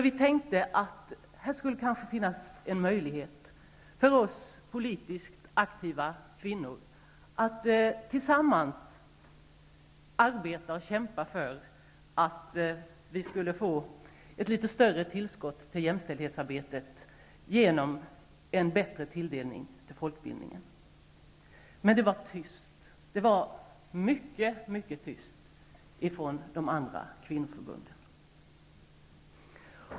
Vi tänkte att det kanske skulle finnas en möjlighet för oss politiskt aktiva kvinnor att tillsammans arbeta och kämpa för att vi skulle få ett litet större tillskott till jämställdhetsarbetet genom en bättre tilldelning till folkbildningen. Men det var tyst. Det var mycket, mycket tyst ifrån de andra kvinnoförbunden.